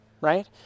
right